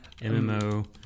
MMO